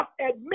admit